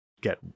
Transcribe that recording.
get